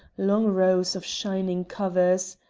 long rows of shining covers.